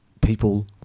people